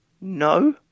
No